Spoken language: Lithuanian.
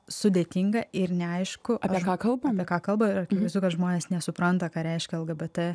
sudėtinga ir neaišku apie ką kalbam apie ką kalba ir akivaizdu kad žmonės nesupranta ką reiškia lgbt